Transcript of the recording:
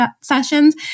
sessions